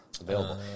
available